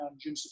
June